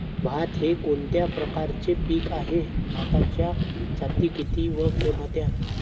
भात हे कोणत्या प्रकारचे पीक आहे? भाताच्या जाती किती व कोणत्या?